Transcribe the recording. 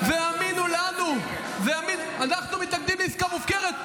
והאמינו לנו, אנחנו מתנגדים לעסקה מופקרת.